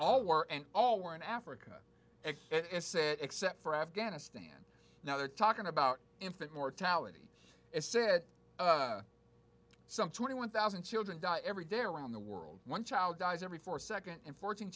and all were in africa said except for afghanistan now they're talking about infant mortality is said some twenty one thousand children die every day around the world one child dies every four seconds and fourteen